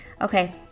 Okay